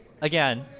again